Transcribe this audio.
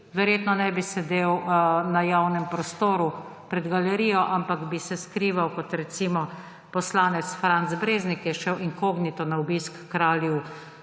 verjetno ne bi sedel na javnem prostoru pred galerijo, ampak bi se skrival, kot, recimo, poslanec Franc Breznik, ki je šel inkognito na obisk h kralju